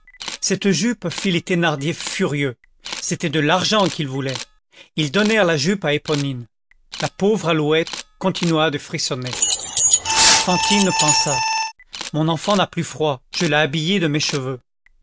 cette jupe fit les thénardier furieux c'était de l'argent qu'ils voulaient ils donnèrent la jupe à eponine la pauvre alouette continua de frissonner fantine pensa mon enfant n'a plus froid je l'ai habillée de mes cheveux